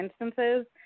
instances